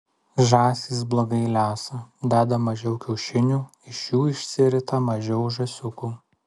žąsys blogai lesa deda mažiau kiaušinių iš jų išsirita mažiau žąsiukų